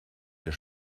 der